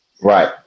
Right